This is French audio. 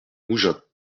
mougins